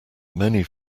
many